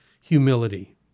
humility